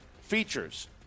features